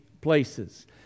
places